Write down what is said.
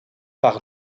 par